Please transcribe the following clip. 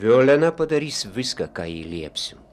violena padarys viską ką jai liepsiu